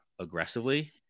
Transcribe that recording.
aggressively